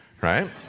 right